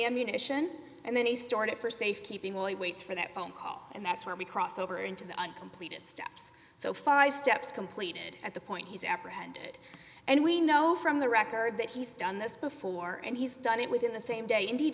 ammunition and then he started for safekeeping while he waits for that phone call and that's where we cross over into the uncompleted steps so five steps completed at the point he's apprehended and we know from the record that he's done this before and he's done it within the same day indeed